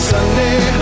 Sunday